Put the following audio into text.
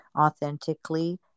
authentically